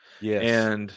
Yes